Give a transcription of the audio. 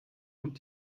und